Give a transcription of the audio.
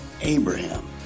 Abraham